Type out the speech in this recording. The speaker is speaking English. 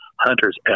hunters